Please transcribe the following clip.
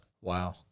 Wow